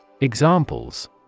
Examples